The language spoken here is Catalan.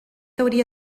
hauria